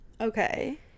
Okay